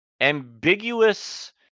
ambiguous